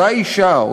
אותה אישה,